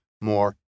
more